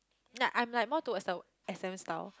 yea I am like more towards the S_M style